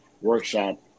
workshop